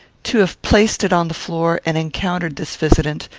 to have placed it on the floor, and encountered this visitant,